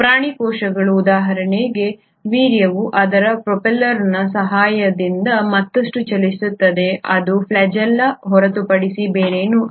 ಪ್ರಾಣಿ ಕೋಶಗಳು ಉದಾಹರಣೆಗೆ ವೀರ್ಯವು ಅದರ ಪ್ರೊಪೆಲ್ಲರ್ನ ಸಹಾಯದಿಂದ ಮತ್ತಷ್ಟು ಚಲಿಸುತ್ತದೆ ಅದು ಫ್ಲ್ಯಾಜೆಲ್ಲಾ ಹೊರತುಪಡಿಸಿ ಬೇರೇನೂ ಅಲ್ಲ